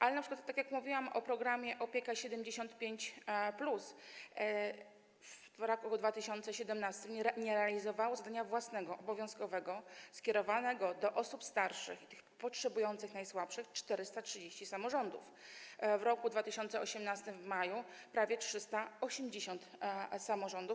Ale np. tak jak mówiłam o programie „Opieka 75+”, w roku 2017 nie realizowało zadania własnego, obowiązkowego, skierowanego do osób starszych, tych potrzebujących i najsłabszych 430 samorządów, a w maju 2018 r. prawie 380 samorządów.